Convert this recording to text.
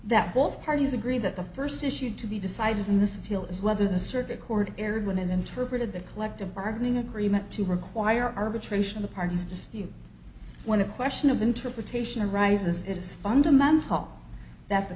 that both parties agree that the first issue to be decided in this appeal is whether the circuit court erred women interpreted the collective bargaining agreement to require arbitration the parties dispute when a question of interpretation arises it is fundamental that the